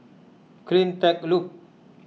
CleanTech Loop